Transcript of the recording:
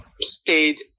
stayed